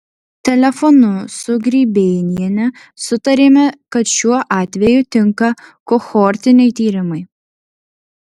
telefonu su grybėniene sutarėme kad šiuo atveju tinka kohortiniai tyrimai